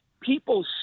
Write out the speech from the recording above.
people